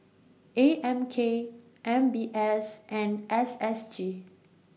A M K M B S and S S G